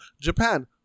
japan